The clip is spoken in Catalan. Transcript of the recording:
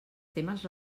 temes